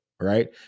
right